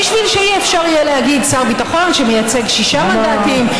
כדי שלא יהיה אפשר להגיד שר ביטחון שמייצג שישה מנדטים,